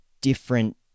different